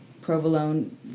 Provolone